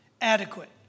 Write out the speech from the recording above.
Adequate